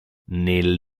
nel